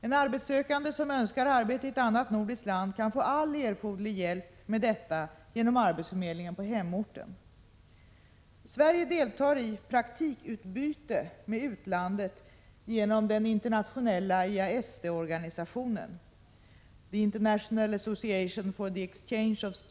En arbetssö kande som önskar arbete i ett annat nordiskt land kan få all erforderlig hjälp med detta genom arbetsförmedlingen på hemorten. Sverige deltar i praktikutbyte med utlandet genom den internationella TAESTE-organisationen .